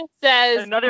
says